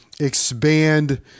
expand